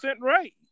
right